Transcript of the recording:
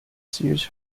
sears